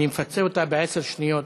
אני מפצה אותה בעשר שניות.